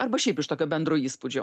arba šiaip iš tokio bendro įspūdžio